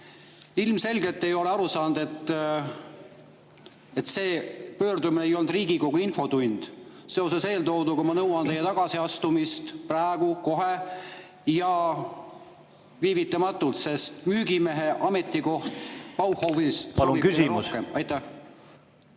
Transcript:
Ilmselgelt te ei ole aru saanud, et see pöördumine ei olnud Riigikogu infotund. Seoses eeltooduga ma nõuan teie tagasiastumist praegu, kohe ja viivitamatult, sest müügimehe ametikoht Bauhofis ... Palun küsimus! Palun